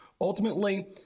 Ultimately